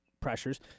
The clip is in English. pressures